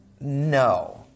No